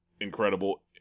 incredible